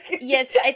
Yes